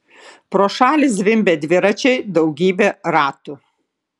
pro šalį zvimbė dviračiai daugybė ratų